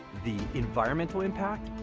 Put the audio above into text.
the environmental impact?